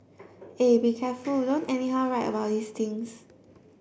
eh be careful don't anyhow write about these things